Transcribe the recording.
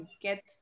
get